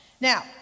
Now